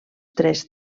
tres